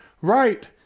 right